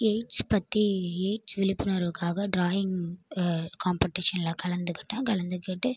AIDS பற்றி AIDS விழிப்புணர்வுக்காக டிராயிங் காம்பட்டிஷனில் கலந்துக்கிட்டேன் கலந்துக்கிட்டு